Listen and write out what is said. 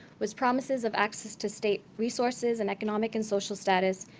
with promises of access to state resources and economic and social status,